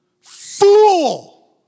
fool